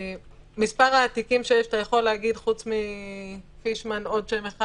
מספר התיקים שאתה יכול להגיד חוץ מפישמן עוד שם אחד,